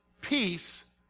Peace